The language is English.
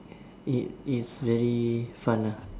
it is very fun ah